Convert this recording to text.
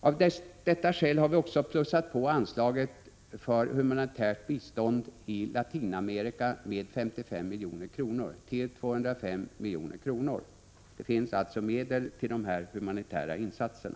Av detta skäl har vi också plussat på anslaget för humanitärt bistånd i Latinamerika med 55 milj.kr. till 205 milj.kr. Det finns alltså medel till dessa humanitära insatser.